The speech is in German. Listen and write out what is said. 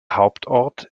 hauptort